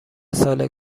سال